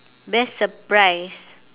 best surprise